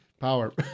Power